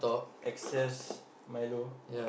excess Milo